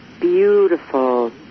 beautiful